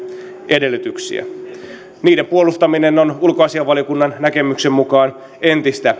edellytyksiä niiden puolustaminen on ulkoasiainvaliokunnan näkemyksen mukaan entistä